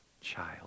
child